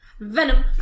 Venom